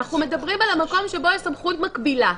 אנחנו מדברים על המקום שבו יש סמכות מקבילה,